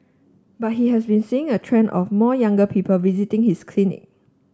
but he has been seeing a trend of more younger people visiting his clinic